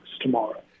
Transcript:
tomorrow